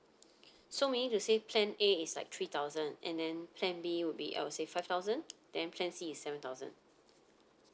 so meaning to say plan A is like three thousand and then plan B will be I would say five thousand then plan C is seven thousand